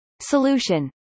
Solution